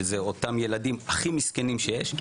שזה אותם ילדים הכי מסכנים שיש,